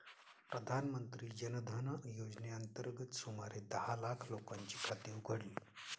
प्रधानमंत्री जन धन योजनेअंतर्गत सुमारे दहा लाख लोकांची खाती उघडली